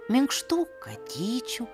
minkštų katyčių